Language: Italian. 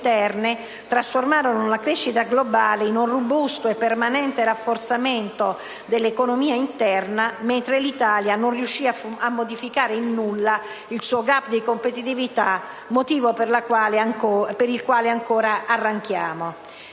interne, trasformarono la crescita globale in un robusto e permanente rafforzamento dell'economia interna, l'Italia non riuscì a modificare in nulla il suo *gap* di competitività (motivo per il quale ancora arranchiamo).